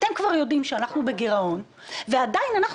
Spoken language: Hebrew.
אתם כבר יודעים שאנחנו בגירעון ועדיין אנחנו